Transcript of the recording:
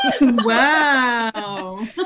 Wow